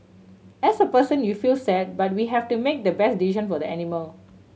as a person you feel sad but we have to make the best decision for the animal